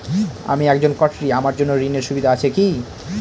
আমি একজন কট্টি আমার জন্য ঋণের সুবিধা আছে কি?